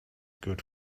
good